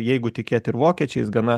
jeigu tikėti ir vokiečiais gana